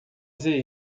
dizer